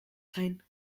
zijn